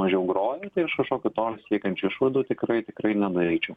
mažiau groja tai aš kažkokių to siekiančių išvadų tikrai tikrai nedaryčiau